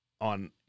on